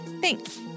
Thanks